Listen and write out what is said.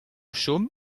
chom